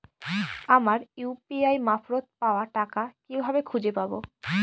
আমার ইউ.পি.আই মারফত পাওয়া টাকা কিভাবে খুঁজে পাব?